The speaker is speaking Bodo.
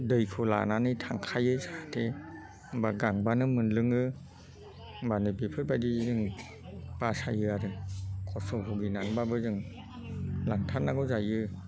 दैखौ लानानै थांखायो जाहाथे होमबा गांबानो मोनलोङो होमबानो बेफोर बायदि जों बासायो आरो खस्थ' बुगिनानैबाबो जों लांथारनांगौ जायो